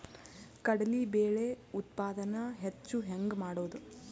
ಕಡಲಿ ಬೇಳೆ ಉತ್ಪಾದನ ಹೆಚ್ಚು ಹೆಂಗ ಮಾಡೊದು?